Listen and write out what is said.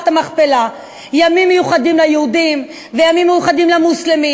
המכפלה: ימים מיוחדים ליהודים וימים מיוחדים למוסלמים,